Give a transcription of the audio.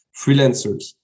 freelancers